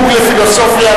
חוג לפילוסופיה,